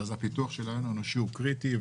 הפיתוח שלו הוא קריטי.